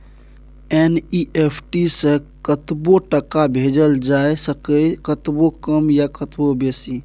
NEFT सँ कतबो टका भेजल जाए सकैए कतबो कम या कतबो बेसी